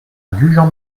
gujan